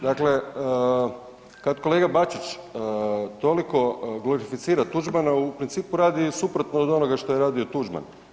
Dakle, kada kolega Bačić toliko glorificira Tuđmana u principu radi suprotno od onoga što je radio Tuđman.